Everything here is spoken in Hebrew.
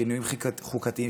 משטרים חוקתיים,